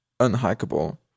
unhackable